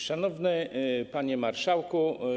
Szanowny Panie Marszałku!